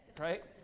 right